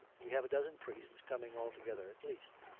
we have a dozen priests coming all together a at least,